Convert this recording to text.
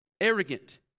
arrogant